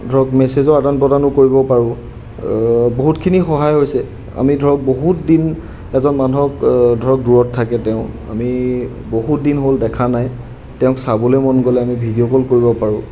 ধৰক মেছেজৰ আদান প্ৰদানো কৰিব পাৰোঁ বহুতখিনি সহায় হৈছে আমি ধৰক বহুত দিন এজন মানুহক ধৰক দূৰত থাকে তেওঁ আমি বহুত দিন হ'ল দেখা নাই তেওঁক চাবলৈ মন গ'লে আমি ভিডিঅ' কল কৰিব পাৰোঁ